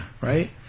right